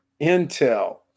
Intel